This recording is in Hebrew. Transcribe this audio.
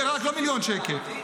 ברהט לא מיליון שקל.